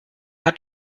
hat